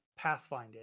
pathfinding